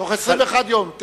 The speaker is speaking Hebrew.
בתוך 21 יום.